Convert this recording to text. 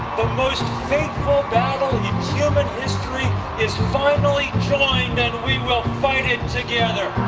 the most faithful battle in human history is finally joined and we will fight it together.